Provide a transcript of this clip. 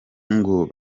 ngo